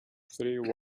three